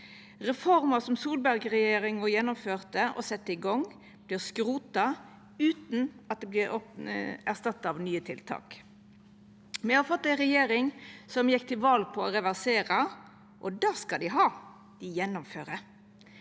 Reformer som Solberg-regjeringa gjennomførte og sette i gang, vert skrota, utan at det vert erstatta av nye tiltak. Me har fått ei regjering som gjekk til val på å reversera, og det skal dei ha: Dei gjennomfører.